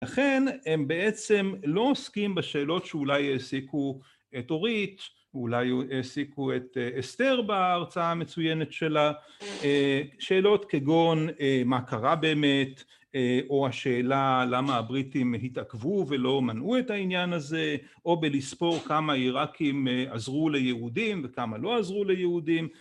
לכן הם בעצם לא עוסקים בשאלות שאולי העסיקו את אורית, אולי העסיקו את אסתר בהרצאה המצוינת שלה, שאלות כגון מה קרה באמת, או השאלה למה הבריטים התעכבו ולא מנעו את העניין הזה, או בלספור כמה עירקים עזרו ליהודים וכמה לא עזרו ליהודים